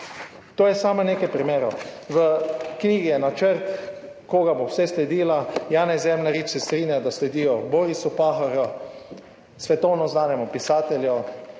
To je samo nekaj primerov. V knjigi je načrt, koga bo vse sledila. Janez Zemljarič se strinja, da sledijo Borisu Pahorju, svetovno znanemu pisatelju.